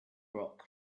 rock